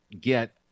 get